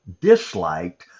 disliked